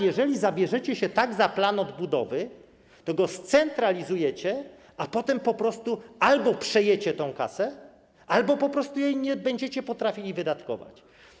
Jeżeli zabierzecie się tak za plan odbudowy, to go scentralizujecie, a potem po prostu albo przejecie tę kasę, albo po prostu nie będziecie potrafili jej wydatkować.